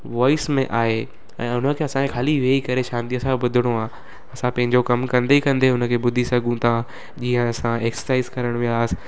voice में आहे ऐं उनखे असांखे खाली वेही करे शांती सां ॿुधणो आहे असां पंहिंजो कम कंदे कंदे उनखे ॿुधी सघूं था जीअं असां एक्सरसाइज करणु वियासि